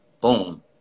Boom